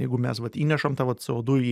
jeigu mes vat įnešam tą vat cė o du į